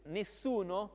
nessuno